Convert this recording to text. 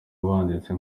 banditse